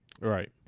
right